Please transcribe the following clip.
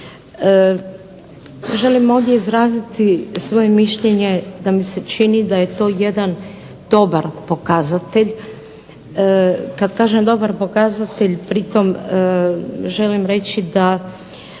Želim ovdje izraziti svoje mišljenje da mi se čini da je to jedan dobar pokazatelj. Kad kažem dobar pokazatelj pri tom želim reći da